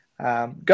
go